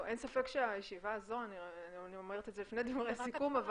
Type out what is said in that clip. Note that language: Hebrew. אין ספק שהישיבה הזו אני אומרת את זה לפני דברי סיכום,